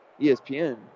ESPN